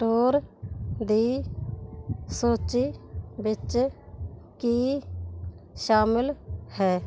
tour ਦੀ ਸੂਚੀ ਵਿੱਚ ਕੀ ਸ਼ਾਮਲ ਹੈ